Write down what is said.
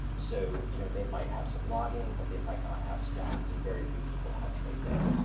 so you know they might have some logging, but they might not have stats, and very few people have tracing.